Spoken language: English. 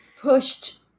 pushed